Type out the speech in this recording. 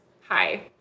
Hi